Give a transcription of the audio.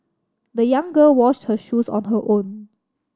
the young girl washed her shoes on her own